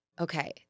okay